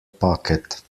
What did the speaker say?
pocket